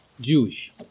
Jewish